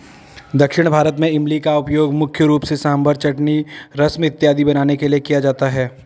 दक्षिण भारत में इमली का उपयोग मुख्य रूप से सांभर चटनी रसम इत्यादि बनाने के लिए किया जाता है